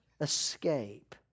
escape